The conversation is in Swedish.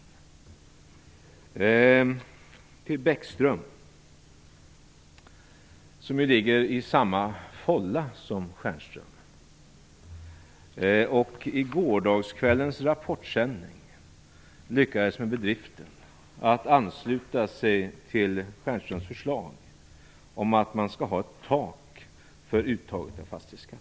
Lars Bäckström ligger i samma fålla som Michael Stjernström. I gårdagskvällens Rapportsändning lyckades han med bedriften att ansluta sig till Stjernströms förslag om att man skall ha ett tak för uttag av fastighetsskatt.